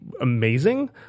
amazing